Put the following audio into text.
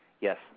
Yes